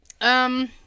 Um-